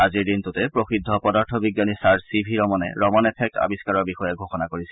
আজিৰ দিনটোতে প্ৰসিদ্ধ পদাৰ্থ বিজ্ঞানী চাৰ চি ভি ৰমনে 'ৰমন এফেক্ট' আৱিষ্ণাৰৰ বিষয়ে ঘোষণা কৰিছিল